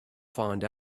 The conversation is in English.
find